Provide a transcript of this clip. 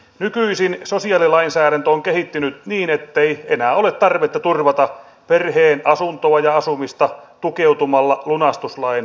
nykyisin sosiaalilainsäädäntö on kehittynyt niin ettei enää ole tarvetta turvata perheen asuntoa ja asumista tukeutumalla lunastuslain säädöksiin